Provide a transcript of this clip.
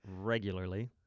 regularly